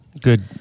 good